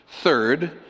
Third